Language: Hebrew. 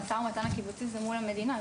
במשא ומתן הקיבוצי זה מול המדינה,